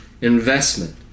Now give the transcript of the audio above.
investment